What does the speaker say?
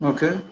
Okay